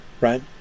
right